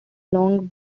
long